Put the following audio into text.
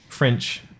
french